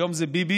היום זה ביבי,